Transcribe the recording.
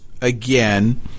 again